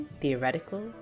theoretical